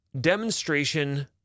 demonstration